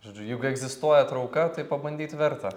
žodžiu jeigu egzistuoja trauka tai pabandyt verta